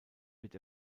wird